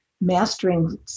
mastering